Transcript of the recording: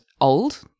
old